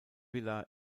villa